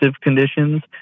conditions